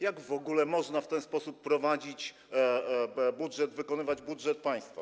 Jak w ogóle można w ten sposób prowadzić budżet, wykonywać budżet państwa?